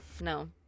No